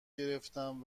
گرفنم